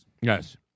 yes